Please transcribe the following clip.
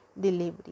delivery